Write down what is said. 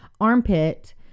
armpit